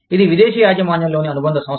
ఇది విదేశీ యాజమాన్యంలోని అనుబంధ సంస్థ